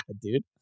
dude